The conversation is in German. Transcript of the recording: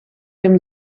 dem